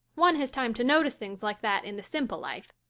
one has time to notice things like that in the simple life.